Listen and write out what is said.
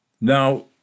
Now